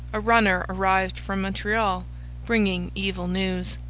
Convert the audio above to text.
a runner arrived from montreal bringing evil news.